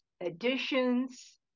additions